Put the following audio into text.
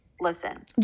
listen